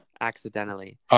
accidentally